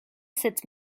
cette